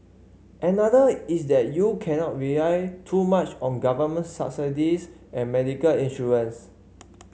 another is that you cannot rely too much on government subsidies and medical insurance